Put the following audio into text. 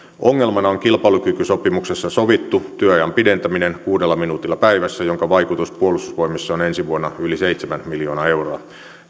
ongelmana on kilpailukykysopimuksessa sovittu työajan pidentäminen kuudella minuutilla päivässä jonka vaikutus puolustusvoimissa on ensi vuonna yli seitsemän miljoonaa euroa